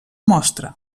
mostra